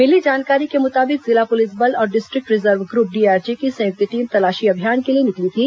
मिली जानकारी के मुताबिक जिला पुलिस बल और डिस्ट्रिक्ट रिजर्व ग्रुप डीआरजी की संयुक्त टीम तलाशी अभियान के लिए निकली थी